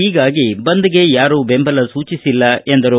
ಹೀಗಾಗಿ ಬಂದ್ಗೆ ಯಾರೂ ಬೆಂಬಲ ಸೂಚಿಸಿಲ್ಲ ಎಂದರು